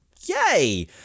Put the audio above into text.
Yay